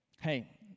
Hey